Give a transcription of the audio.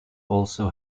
also